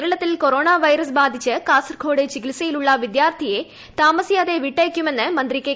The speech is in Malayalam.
കേരളത്തിൽ കൊറോണ വൈറസ് ബാധിച്ച് അതേസമയം കാസർഗോഡ് ചികിത്സയിലുള്ള വിദ്യാർത്ഥിയെ താമസിയാതെ വിട്ടയക്കുമെന്ന് മന്ത്രി കെ